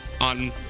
on